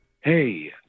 Hey